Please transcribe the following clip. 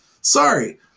Sorry